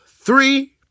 three